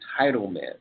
entitlement